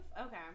Okay